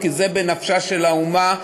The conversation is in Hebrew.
זה בנפשה של האומה,